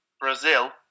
Brazil